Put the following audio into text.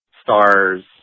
stars